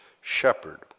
shepherd